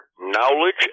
knowledge